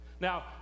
Now